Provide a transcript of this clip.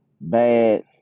bad